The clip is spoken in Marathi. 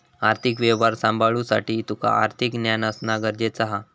आर्थिक व्यवहार सांभाळुसाठी तुका आर्थिक ज्ञान असणा गरजेचा हा